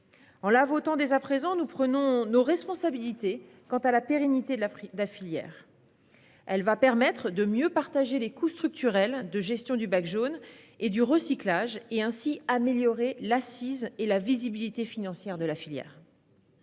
En la votant dès à présent, nous prenons nos responsabilités quant à la pérennité de la filière. Cette fusion permettra de mieux partager les coûts structurels de gestion du bac jaune et du recyclage, et ainsi, d'améliorer l'assise et la visibilité financière de la filière.